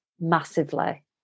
Massively